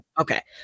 Okay